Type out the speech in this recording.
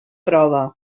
prova